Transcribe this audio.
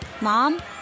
Mom